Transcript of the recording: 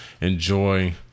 enjoy